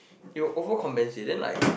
it will over compensate then like